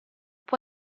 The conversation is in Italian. può